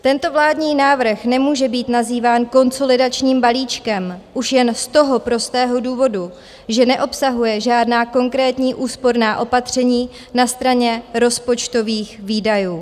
Tento vládní návrh nemůže být nazýván konsolidačním balíčkem už jen z toho prostého důvodu, že neobsahuje žádná konkrétní úsporná opatření na straně rozpočtových výdajů.